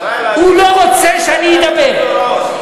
הוא לא רוצה שאני אדבר.